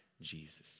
Jesus